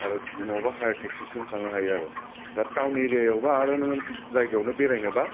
आरो नङाबा हायार टेकस्सिजों थांनो हायो आरो दा टाउन एरियायाव बा आरो नोङो जायगायावनो बेरायनोबा